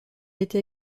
été